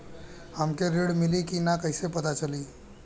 हमके ऋण मिली कि ना कैसे पता चली?